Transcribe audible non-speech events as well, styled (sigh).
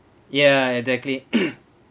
ya exactly (noise)